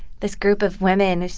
this group of women.